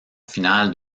finale